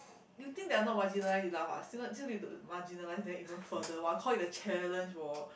you think they're not marginalise enough ah still still need to marginalise them even further while call it a challenge orh